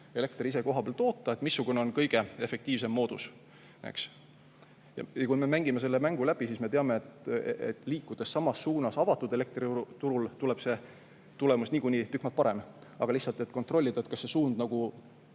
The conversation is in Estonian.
Eestis kohapeal toota, siis missugune oleks kõige efektiivsem moodus. Ja kui me mängime selle mängu läbi, siis me teame, et liikudes samas suunas avatud elektriturul, tuleb see tulemus niikuinii tükk maad parem. Aga lihtsalt kontrollime, kas see suund